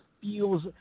feels